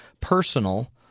personal